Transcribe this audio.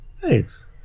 Thanks